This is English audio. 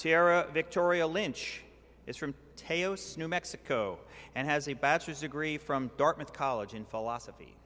of victoria lynch is from new mexico and has a bachelor's degree from dartmouth college in philosophy